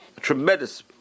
tremendous